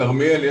כרמיאל,